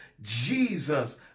Jesus